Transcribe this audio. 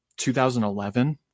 2011